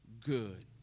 good